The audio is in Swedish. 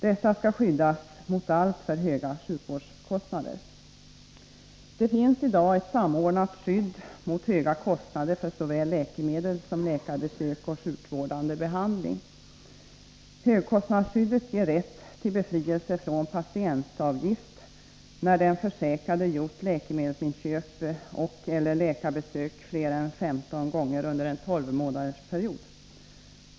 Dessa skall skyddas mot alltför höga sjukvårdskostnader. Det finns i dag ett samordnat skydd mot höga kostnader för såväl läkemedel som läkarbesök och sjukvårdande behandling. Högkostnadsskyddet ger rätt till befrielse från patientavgift när den försäkrade gjort läkemedelsinköp och läkarbesök fler än 15 gånger under en tolvmånadersperiod.